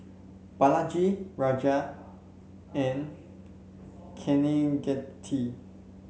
Balaji Razia and Kaneganti